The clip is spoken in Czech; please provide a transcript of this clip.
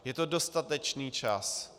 Je to dostatečný čas.